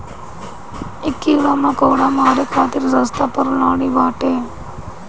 इ कीड़ा मकोड़ा के मारे खातिर सस्ता प्रणाली बाटे